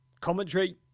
commentary